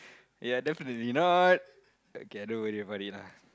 ya definitely not okay don't worry about it lah